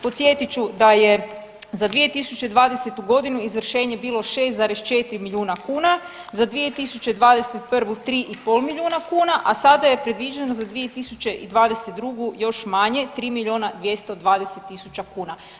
Podsjetit ću da je za 2020. godinu izvršenje bilo 26,4 miliona kuna, za 2021. 3,5 milijuna kuna, a sada je predviđeno za 2022. još manje, 3 miliona 220 tisuća kuna.